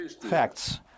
facts